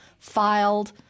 filed